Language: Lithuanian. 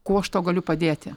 kuo aš tau galiu padėti